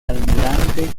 almirante